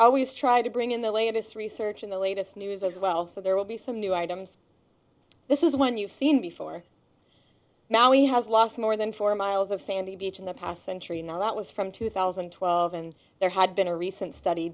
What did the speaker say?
always try to bring in the latest research on the latest news as well so there will be some new items this is one you've seen before now he has lost more than four miles of sandy beach in the past century now that was from two thousand and twelve and there had been a recent study